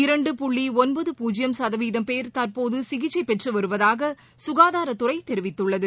இரண்டு புள்ளி ஒன்பது பூஜ்ஜியம் சதவீதம் பேர் தற்போது சிகிச்சை பெற்று வருவதாக சுகாதாரத்துறை தெரிவித்துள்ளது